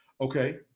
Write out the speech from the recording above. Okay